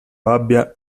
abbia